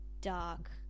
dark